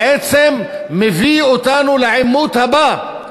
בעצם מביא אותנו לעימות הבא.